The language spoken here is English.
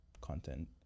content